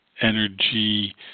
energy